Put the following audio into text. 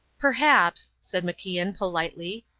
perhaps, said macian, politely,